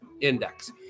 index